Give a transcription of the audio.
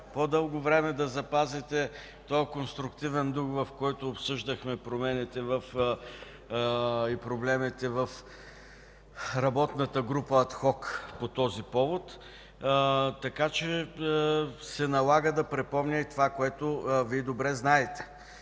по-дълго време да запазите този конструктивен дух, в който обсъждахме промените и проблемите в работната група адхок по този повод. Така че се налага да припомня и това, което Вие добре знаете.